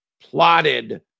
plotted